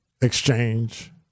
exchange